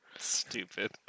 Stupid